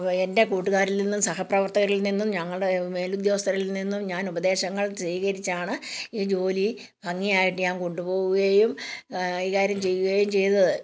എൻ്റെ കൂട്ടുകാരിൽ നിന്നും സഹപ്രവർത്തകരിൽ നിന്നും ഞങ്ങളുടെ മേൽ ഉദ്യോഗസ്ഥരിൽ നിന്നും ഞാൻ ഉപദേശങ്ങൾ സ്വീകരിച്ചാണ് ഈ ജോലി ഭംഗിയായിട്ട് ഞാൻ കൊണ്ടു പോവുകയും കൈകാര്യം ചെയ്യുകയും ചെയ്തത്